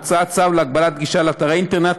הוצאת צו להגבלת גישה לאתרי אינטרנט